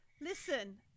listen